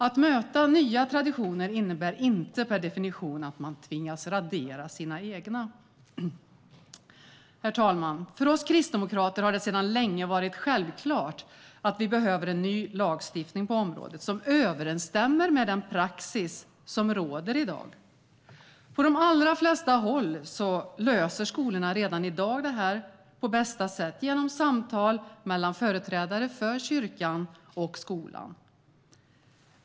Att möta nya traditioner innebär inte per definition att man tvingas radera sina egna. Herr talman! För oss kristdemokrater har det sedan länge varit självklart att vi behöver en ny lagstiftning på området som överensstämmer med den praxis som råder i dag. På de allra flesta håll löser skolorna redan i dag detta på bästa sätt genom samtal mellan företrädare för kyrkan och för skolan.